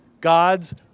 God's